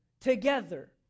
together